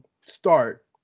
start